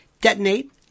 Detonate